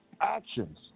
actions